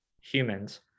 humans